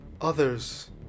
others